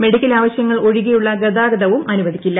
medical ആവശ്യങ്ങൾ ഒഴികെയുള്ള ഗതാഗതവും അനുവദിക്കില്ല